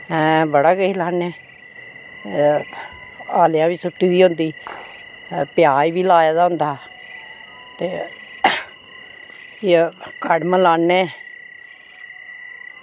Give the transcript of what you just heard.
ऐं बड़ा किश लान्ने ते हालेंआं बी सुट्टी दी होंदी प्याज बी लाए दा होंदा ते इ'यै कड़म लान्ने